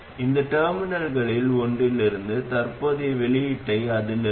இப்போது சிக்னல்களிலும் இதைச் செய்வதற்கான வசதியான வழி இதுவாகும்